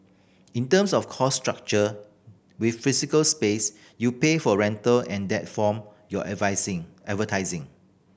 in terms of cost structure with physical space you pay for rental and that form your advertising